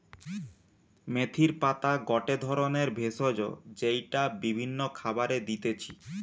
মেথির পাতা গটে ধরণের ভেষজ যেইটা বিভিন্ন খাবারে দিতেছি